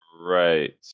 Right